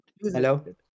Hello